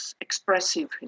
expressive